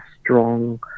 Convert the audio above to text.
strong